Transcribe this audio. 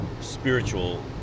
spiritual